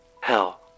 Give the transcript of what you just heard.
Hell